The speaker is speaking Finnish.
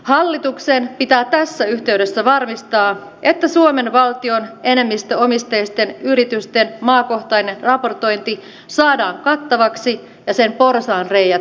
hallituksen pitää tässä yhteydessä varmistaa että suomen valtion enemmistöomisteisten yritysten maakohtainen raportointi saadaan kattavaksi ja sen porsaanreiät tukitaan